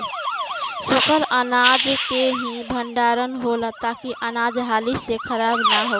सूखल अनाज के ही भण्डारण होला ताकि अनाज हाली से खराब न होखे